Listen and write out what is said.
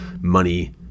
Money